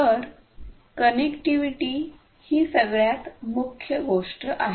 तर कनेक्टिव्हिटीही सगळ्यात मुख्य गोष्ट आहे